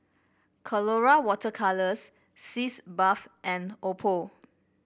Colora Water Colours Sitz Bath and Oppo